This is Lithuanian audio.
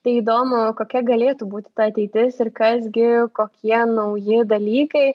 tai įdomu kokia galėtų būti ta ateitis ir kas gi kokie nauji dalykai